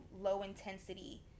low-intensity